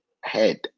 head